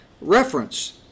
reference